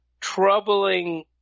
troubling